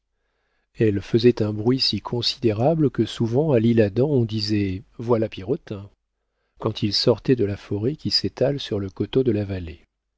elle faisait un bruit si considérable que souvent à l'isle-adam on disait voilà pierrotin quand il sortait de la forêt qui s'étale sur le coteau de la vallée